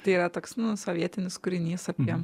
tai yra toks sovietinis kūrinys apie